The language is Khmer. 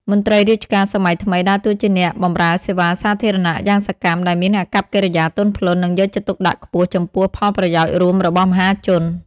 មន្ត្រីរាជការសម័យថ្មីដើរតួជាអ្នកបម្រើសេវាសាធារណៈយ៉ាងសកម្ម ដែលមានអាកប្បកិរិយាទន់ភ្លន់ និងយកចិត្តទុកដាក់ខ្ពស់ចំពោះផលប្រយោជន៍រួមរបស់មហាជន។